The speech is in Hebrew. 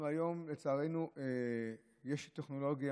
היום לצערנו יש טכנולוגיה,